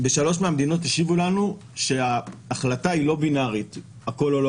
שלוש מהמדינות השיבו לנו שההחלטה היא לא בינארית הכל או לא